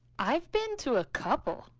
i've been to a couple.